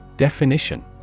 Definition